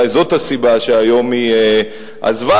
אולי זאת הסיבה שהיום היא עזבה.